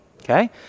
okay